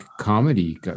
comedy